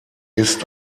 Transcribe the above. ist